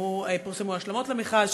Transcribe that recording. פורסמו השלמות למכרז,